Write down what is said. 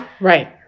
Right